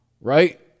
right